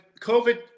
COVID